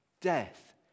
Death